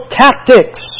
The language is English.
tactics